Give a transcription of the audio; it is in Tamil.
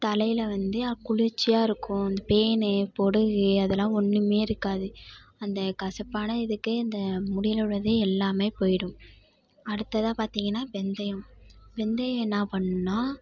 தலையில் வந்து குளிர்ச்சியாகருக்கும் இந்த பேன் பொடுகு அதெல்லாம் ஒன்றுமே இருக்காது அந்த கசப்பான இதுக்கே இந்த முடியில உள்ளது எல்லாமே போய்டும் அடுத்ததாக பார்த்திங்கனா வெந்தயம் வெந்தயம் என்ன பண்ணும்னால்